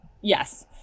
yes